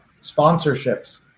Sponsorships